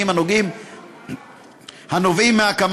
כמה?